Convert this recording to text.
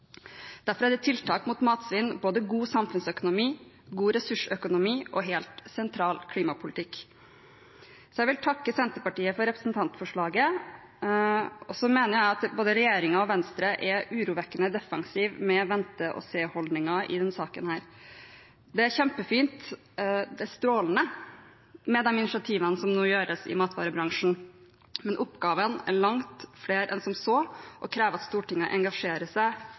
tiltak mot matsvinn både god samfunnsøkonomi, god ressursøkonomi og helt sentral klimapolitikk. Jeg vil takke Senterpartiet for representantforslaget. Jeg mener at både regjeringen og Venstre er urovekkende defensiv med sin vente-og-se-holdning i denne saken. Det er kjempefint, ja strålende, med de initiativene som nå tas i matvarebransjen, men oppgavene er langt flere enn som så og krever at Stortinget engasjerer seg